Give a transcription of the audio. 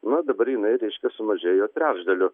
na dabar jinai reiškia sumažėjo trečdaliu